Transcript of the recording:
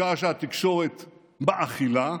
בשעה שהתקשורת מאכילה,